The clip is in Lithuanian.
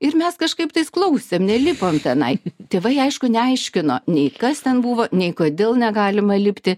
ir mes kažkaip tais klausėm nelipom tenai tėvai aišku neaiškino nei kas ten buvo nei kodėl negalima lipti